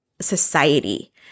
society